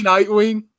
Nightwing